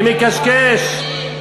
אני מקשקש?